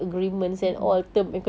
mm mm